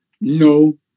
No